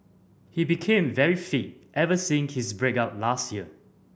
he became very fit ever since his break up last year